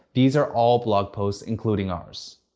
these are all blog posts including ours.